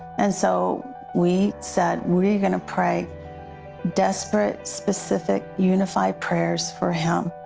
and so we said, we're going to pray desperate, specific, unified prayers for him.